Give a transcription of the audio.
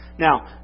Now